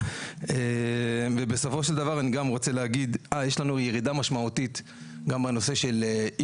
יש לנו ירידה משמעותית גם בנושא אי